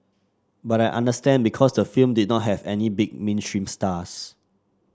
but I understand because the film did not have any big mainstream stars